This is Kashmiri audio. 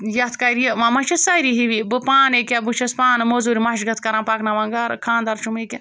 یَتھ کَرِ یہِ وۄنۍ ما چھِ سٲری ہِوِی بہٕ پانہٕ ییٚکیٛاہ بہٕ چھس پانہٕ مٔزوٗرۍ مَشگت کَران پَکناوان گَرٕ خاندار چھُ ییٚکیٛاہ